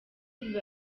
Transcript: biba